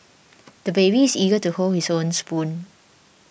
the baby is eager to hold his own spoon